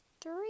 three